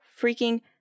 freaking